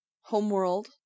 Homeworld